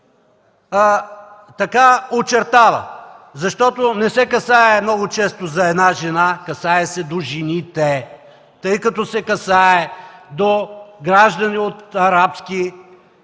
дори очертава, защото не се касае много често за една жена, а до жените, тъй като това са граждани от арабски